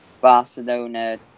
Barcelona